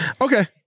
Okay